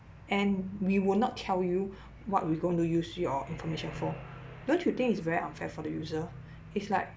and we will not tell you what we going to use your information for don't you think it's very unfair for the user it's like